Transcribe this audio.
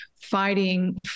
fighting